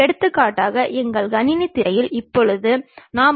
எழுத்துக்களுக்கு பதிலாக நாம் எண்களையும் பயன்படுத்தலாம்